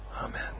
amen